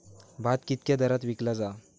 भात कित्क्या दरात विकला जा?